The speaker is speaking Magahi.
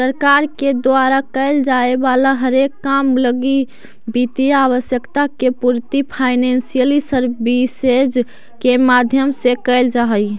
सरकार के द्वारा कैल जाए वाला हरेक काम लगी वित्तीय आवश्यकता के पूर्ति फाइनेंशियल सर्विसेज के माध्यम से कैल जा हई